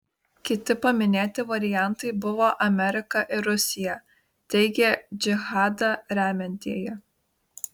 kiti paminėti variantai buvo amerika ir rusija teigia džihadą remiantieji